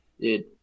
dude